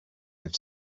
with